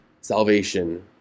salvation